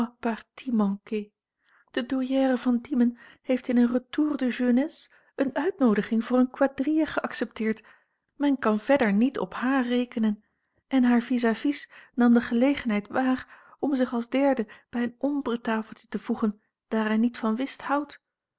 manquée de douairière van diemen heeft in een retour de jeunesse eene uitnoodiging voor eene quadrille geaccepteerd men kan verder niet op haar rekenen en haar vis à vis nam de gelegenheid waar om zich als derde bij een ombretafeltje te voegen daar hij niet van whist houdt